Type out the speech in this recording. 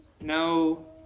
no